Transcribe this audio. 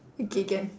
okay can